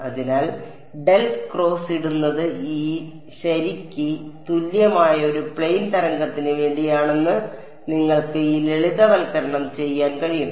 അതിനാൽ del cross ഇടുന്നത് ഈ ശരിക്ക് തുല്യമായ ഒരു പ്ലെയിൻ തരംഗത്തിന് വേണ്ടിയാണെന്ന് നിങ്ങൾക്ക് ഈ ലളിതവൽക്കരണം ചെയ്യാൻ കഴിയും